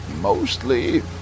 Mostly